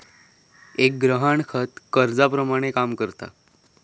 एक गहाणखत कर्जाप्रमाणे काम करता